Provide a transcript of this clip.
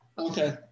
Okay